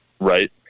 right